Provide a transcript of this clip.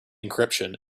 encryption